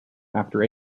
after